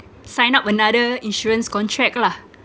sign up another insurance contract lah